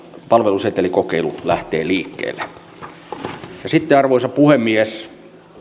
palvelusetelikokeilu lähtee liikkeelle sitten arvoisa puhemies